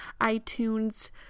iTunes